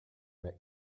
met